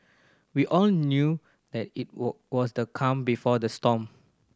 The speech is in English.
we all knew that it were was the calm before the storm